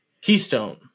Keystone